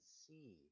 see